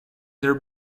their